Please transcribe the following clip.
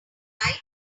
here